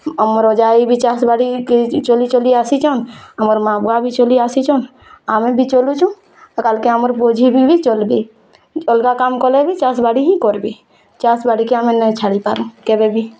ଆମର୍ ଯାଇ ବି ଚାଷ୍ ବାଡ଼ି କିଏ ଚଲି ଚଲି ଆସିଛନ୍ ଆମର୍ ମା ବୁଆ ବି ଚଲି ଆସିଛନ୍ ଆମେ ବି ଚଲୁଚୁ ଆଉ କାଲକେ ଆମର୍ ପୁଅଝିଅ ବି ଚଲବେ ଅଲଗା କାମ୍ କଲେ ବି ଚାଷ୍ ବାଡ଼ି ହିଁ କରବେ ଚାଷ୍ ବାଡ଼ିକେ ଆମର୍ ନାଇଁ ଛାଡ଼ିପାରୁ କେବେବି